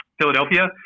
philadelphia